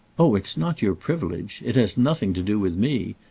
oh it's not your privilege! it has nothing to do with me.